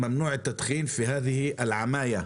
"ממנוע אל-תדחין פי הדיאי אל-עמאיה".